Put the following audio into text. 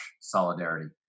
Solidarity